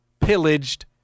pillaged